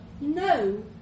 No